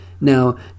Now